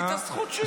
יש לי את הזכות שלי.